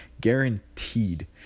Guaranteed